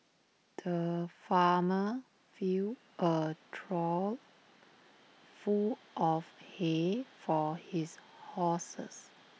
the farmer filled A trough full of hay for his horses